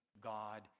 God